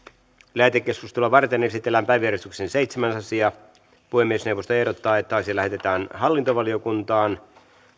lähetekeskustelua varten esitellään päiväjärjestyksen seitsemäs asia puhemiesneuvosto ehdottaa että asia lähetetään hallintovaliokuntaan